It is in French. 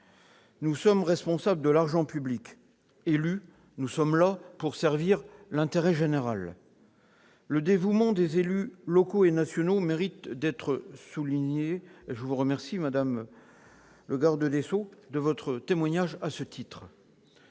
Nous sommes responsables de l'argent public ; élus, nous le sommes pour servir l'intérêt général. Le dévouement des élus locaux et nationaux mérite d'ailleurs d'être souligné, et je vous remercie, madame la garde des sceaux, de votre témoignage en ce sens.